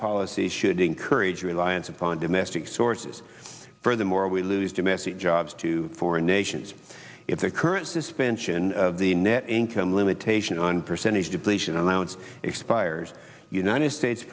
policy should encourage reliance upon domestic sources furthermore we lose domestic jobs to foreign nations if the current suspension of the net income limitation on percentage depletion allowance expires united states